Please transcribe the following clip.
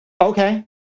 Okay